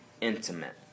intimate